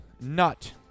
nut